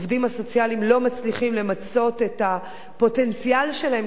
העובדים הסוציאליים לא מצליחים למצות את הפוטנציאל שלהם